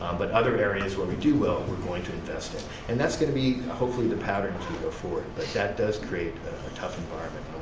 um but other areas where we do well we're going to invest in. and that's going to be hopefully the pattern to go forward, but that does create a tough environment